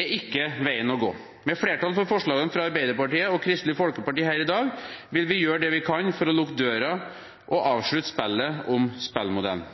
er ikke veien å gå. Med flertall for forslagene fra Arbeiderpartiet og Kristelig Folkeparti her i dag vil vi gjøre det vi kan for å lukke døren og avslutte spillet om spillmodellen.